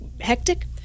hectic